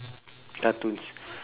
cartoons